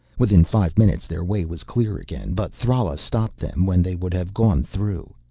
within five minutes their way was clear again. but thrala stopped them when they would have gone through.